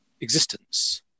existence